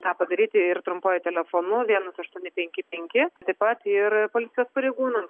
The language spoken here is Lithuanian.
tą padaryti ir trumpuoju telefonu vienas aštuoni penki penki taip pat ir policijos pareigūnams